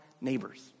neighbors